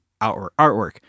artwork